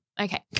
Okay